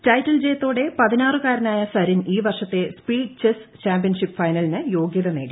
title ജയത്തോടെ പതിനാറുകാരനായ സരിൻ ഈ വർഷത്തെ സ്പീഡ് ചെസ് ചാമ്പ്യൻഷിപ്പ് ഫൈനലിന് യോഗ്യത നേടി